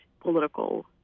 political